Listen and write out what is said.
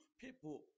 people